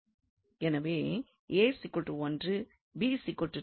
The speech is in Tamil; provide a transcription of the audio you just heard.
எனவே மற்றும் என்று கிடைக்கிறது